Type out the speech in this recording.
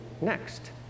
next